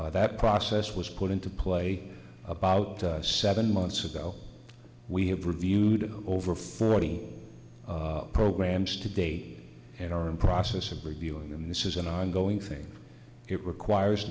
that process was put into play about seven months ago we have reviewed over forty programs to date and are in process of reviewing them this is an ongoing thing it requires